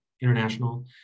International